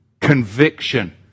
conviction